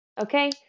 okay